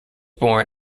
born